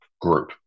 group